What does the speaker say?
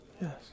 Yes